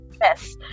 yes